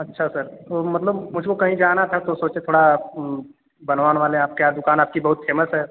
अच्छा सर तो मतलब मुझको कहीं जाना था तो सोचे थोड़ा बनवा उनवा लें आपकी दुकान बहुत फेमस है